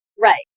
Right